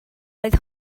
oedd